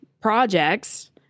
projects